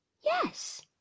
Yes